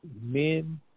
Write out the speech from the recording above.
men